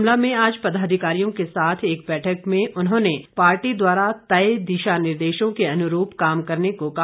शिमला में आज पदाधिकारियों के साथ एक बैठक में उन्होंने पार्टी द्वारा तय दिशा निर्देशों के अनुरूप काम करने को कहा